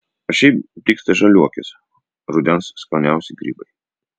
o šiaip dygsta žaliuokės rudens skaniausi grybai